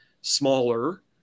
smaller